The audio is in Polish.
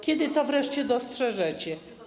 Kiedy to wreszcie dostrzeżecie?